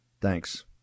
Thanks